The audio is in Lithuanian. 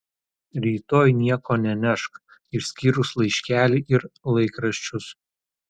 rytoj nieko nenešk išskyrus laiškelį ir laikraščius